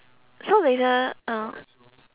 so later uh